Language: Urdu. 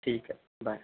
ٹھیک ہے بائے